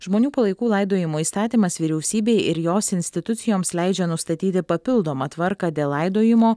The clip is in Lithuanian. žmonių palaikų laidojimo įstatymas vyriausybei ir jos institucijoms leidžia nustatyti papildomą tvarką dėl laidojimo